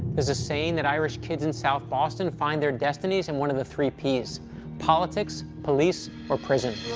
there's a saying that irish kids in south boston find their destinies in one of the three p's politics, police, or prison.